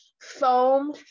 foam